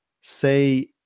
say